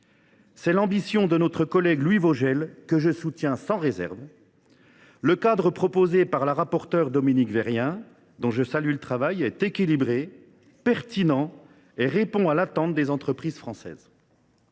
l’ambition de notre collègue Louis Vogel, que je soutiens sans réserve. Le cadre proposé par la rapporteure Dominique Vérien, dont je salue le travail, est équilibré, pertinent, et répond à l’attente des entreprises françaises.